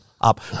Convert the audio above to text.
up